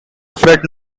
fred